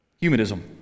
humanism